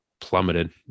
plummeted